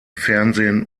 fernsehen